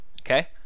Okay